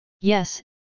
Yes